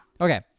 Okay